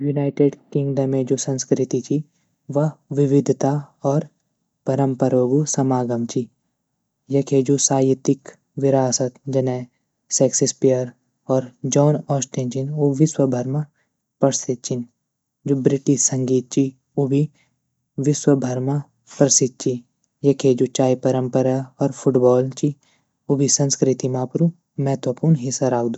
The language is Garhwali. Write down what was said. यूनाइटेड किंडम में जू संस्कृति ची व विविधता और परम्परों गू समागम ची यखे जू साहितिक विरासत जने शेक्सपेयर और जॉन ऑस्टिन छीन उ विश्वभर म प्रसिद्ध छीन जू ब्रिटिश संगीत ची उ भी विश्वभर म प्रसिद्ध ची यखे जू चाय परंपरा और फुटबॉल ची ऊ भी संस्कृति म अपरू महत्वपूर्ण हिस्सा राखदू।